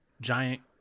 giant